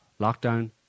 lockdown